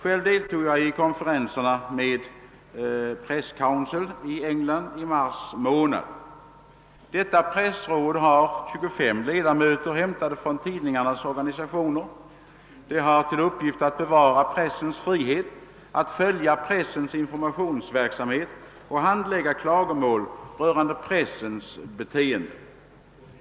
Jag deltog själv i konferenserna med det brittiska Press Council i mars månad. Detta pressråd har 25 ledamöter hämtade från tidningarnas organisationer, och rådets uppgift är att bevara pressens frihet, att följa pressens informationsverksamhet och att handlägga klagomål rörande pressens beteende.